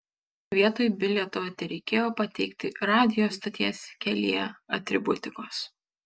vietoj bilieto tereikėjo pateikti radijo stoties kelyje atributikos